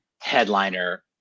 headliner